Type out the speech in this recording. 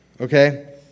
okay